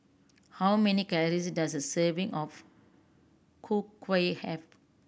how many calories does a serving of Ku Kueh have